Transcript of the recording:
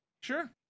Sure